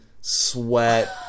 sweat